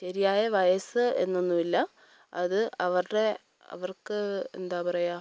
ശരിയായ വയസ്സ് എന്നൊന്നും ഇല്ല അത് അവരുടെ അവർക്ക് എന്താ പറയുക